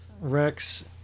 Rex